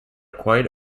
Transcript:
quite